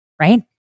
right